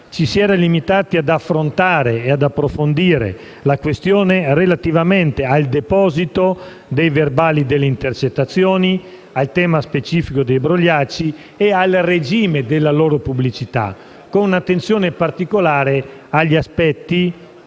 ci si era limitati ad affrontare e ad approfondire la questione relativamente al deposito dei verbali delle intercettazioni, al tema specifico dei brogliacci e al regime della loro pubblicità, con un'attenzione particolare agli aspetti